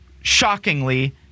shockingly